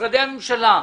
משרדי הממשלה?